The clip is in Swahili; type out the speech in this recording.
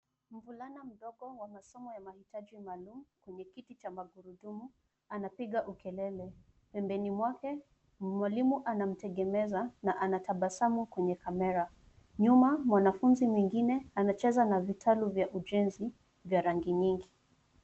Mvulana mdogo wa masomo ya mahitaji maalum kwenye kiti cha magurudumu anapiga ukelele. Pembeni mwake mwalimu anamtegemeza na anatabasamu kwenye kamera. Nyuma mwanafunzi mwengine anacheza na vitalu vya ujenzi vya rangi nyingi.